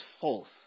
false